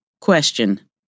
question